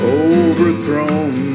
overthrown